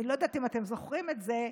אני לא יודעת אם אתם זוכרים את זה,